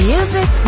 Music